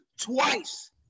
twice